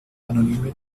anonyme